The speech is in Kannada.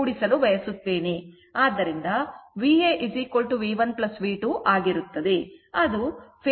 ಆದ್ದರಿಂದ VA V1 V2 ಆಗುತ್ತದೆ